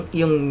yung